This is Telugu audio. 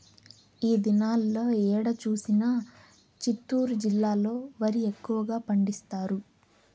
ఈ దినాల్లో ఏడ చూసినా చిత్తూరు జిల్లాలో వరి ఎక్కువగా పండిస్తారు